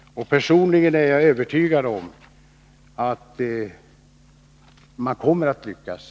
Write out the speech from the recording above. Personligen är jag övertygad om att SJ kommer att lyckas.